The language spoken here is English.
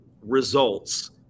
results